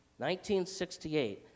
1968